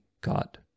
God